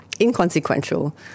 inconsequential